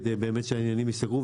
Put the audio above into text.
כדי שבאמת העניינים ייסגרו,